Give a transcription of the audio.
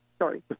Sorry